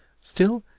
still,